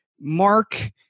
Mark